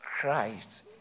Christ